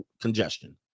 congestion